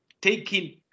taking